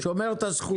שומר את הזכות.